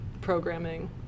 programming